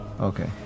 Okay